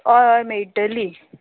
हय हय मेळटली